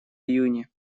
июне